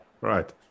right